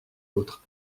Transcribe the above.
autres